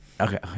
Okay